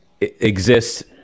exists